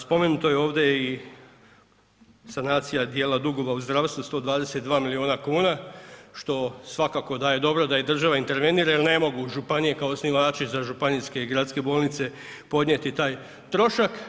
Spomenuto je ovdje i sanacija dijela dugova u zdravstvu 122 milijuna kuna što svakako da je dobro da država intervenira jer ne mogu županije kao osnivači za županijske i gradske bolnice podnijeti taj trošak.